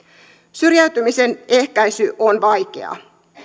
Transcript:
syrjäytymisen ehkäisy on vaikeaa